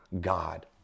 God